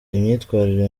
imyitwarire